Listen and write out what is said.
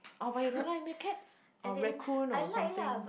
oh but you don't like meerkats or raccoon or something